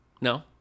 No